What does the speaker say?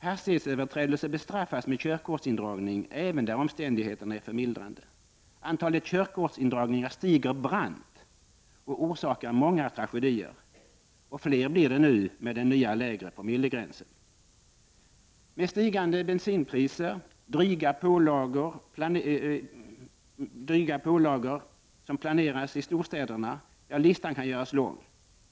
Hastighetsöverträdelser bestraffas med körkortsindragning även där omständigheterna är förmildrande, antalet körkortsindragningar stiger brant och orsakar många tragedier — och fler blir det nu med den nya lägre promillegränsen —, landets bilister betalar stigande bensinpriser, dryga pålagor planeras i storstäderna, ja, listan kan göras lång.